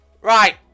Right